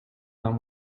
them